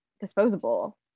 disposable